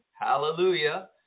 Hallelujah